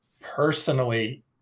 personally